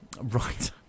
Right